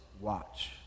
watch